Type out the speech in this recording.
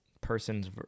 person's